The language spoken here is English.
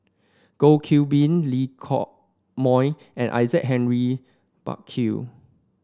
Goh Qiu Bin Lee Hock Moh and Isaac Henry Burkill